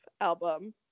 album